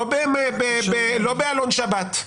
לא בעלון שבת.